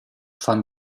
fan